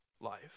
life